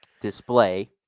display